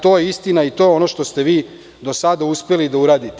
To je istina i to je ono što ste vi do sada uspeli da uradite.